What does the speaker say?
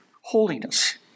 holiness